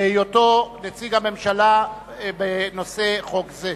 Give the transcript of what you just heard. בהיותו נציג הממשלה בנושא חוק זה.